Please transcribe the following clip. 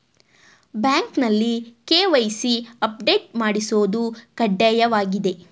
ಬ್ಯಾಂಕ್ನಲ್ಲಿ KYC update ಮಾಡಿಸೋದು ಕಡ್ಡಾಯವಾಗಿದೆ